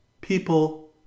people